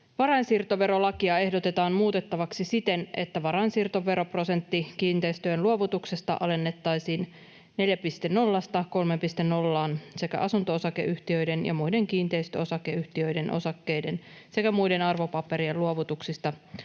Varainsiirtoverolakia ehdotetaan muutettavaksi siten, että varainsiirtoveroprosentti kiinteistöjen luovutuksesta alennettaisiin 4,0:sta 3,0:aan sekä asunto-osakeyhtiöiden ja muiden kiinteistöosakeyhtiöiden osakkeiden sekä muiden arvopaperien luovutuksista 2,0:sta